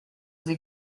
sie